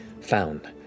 found